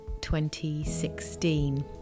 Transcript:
2016